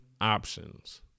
options